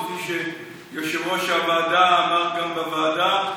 כפי שיושב-ראש הוועדה אמר גם בוועדה,